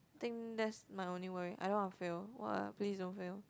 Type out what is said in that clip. think that's my only worry I don't want to fail !wah! please don't fail